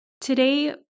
today